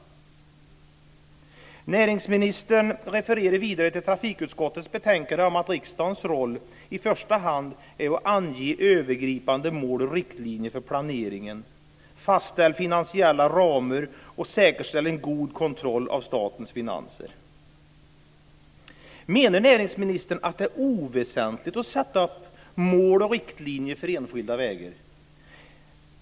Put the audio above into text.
Näringsministern refererar vidare till trafikutskottets betänkande om att riksdagens roll i första hand är att ange övergripande mål och riktlinjer för planeringen, fastställa finansiella ramar och säkerställa en god kontroll av statens finanser. Menar näringsministern att det är oväsentligt att sätta upp mål och riktlinjer för enskilda vägar?